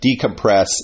decompress